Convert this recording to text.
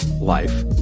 life